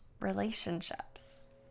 relationships